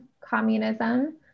communism